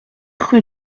rue